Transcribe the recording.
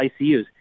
ICUs